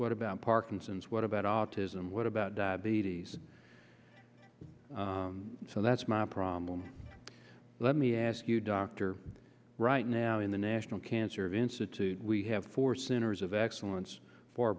what about parkinson's what about autism what about diabetes so that's my problem let me ask you doctor right now in the national cancer institute we have four centers of excellence for